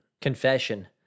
confession